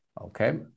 okay